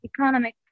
economic